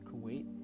Kuwait